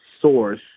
source